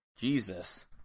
Jesus